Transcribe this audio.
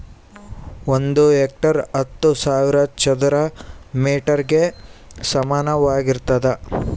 ಒಂದು ಹೆಕ್ಟೇರ್ ಹತ್ತು ಸಾವಿರ ಚದರ ಮೇಟರ್ ಗೆ ಸಮಾನವಾಗಿರ್ತದ